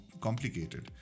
complicated